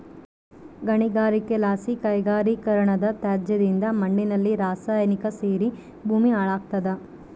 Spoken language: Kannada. ಗಣಿಗಾರಿಕೆಲಾಸಿ ಕೈಗಾರಿಕೀಕರಣದತ್ಯಾಜ್ಯದಿಂದ ಮಣ್ಣಿನಲ್ಲಿ ರಾಸಾಯನಿಕ ಸೇರಿ ಭೂಮಿ ಹಾಳಾಗ್ತಾದ